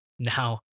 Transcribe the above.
Now